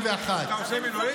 אני בן 41. אתה עושה מילואים?